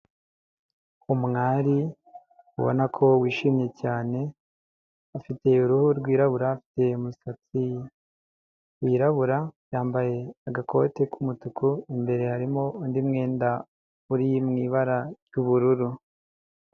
Umwari ubona ko wishimye cyane, afite uruhu rwirabura, afite umusatsi wirabura, yambaye agakoti k'umutuku, imbere harimo undi mwenda uri mu ibara ry'ubururu.